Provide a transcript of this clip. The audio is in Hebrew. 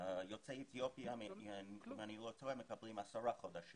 יוצאי אתיופיה, אם אני לא טועה, מקבלים 10 חודשים.